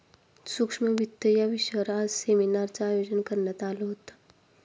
सूक्ष्म वित्त या विषयावर आज सेमिनारचं आयोजन करण्यात आलं होतं